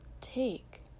take